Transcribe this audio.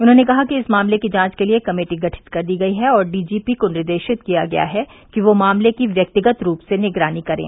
उन्होंने कहा कि इस मामले की जांच के लिये कमेटी गठित कर दी गई है और डीजीपी को निर्देशित किया गया है कि वह मामले की व्यक्तिगत रूप से निगरानी करें